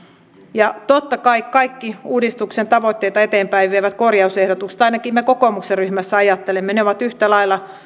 ja totta kai kaikki uudistuksen tavoitteita eteenpäin vievät korjausehdotukset ainakin me kokoomuksen ryhmässä ajattelemme ovat yhtä lailla